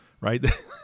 right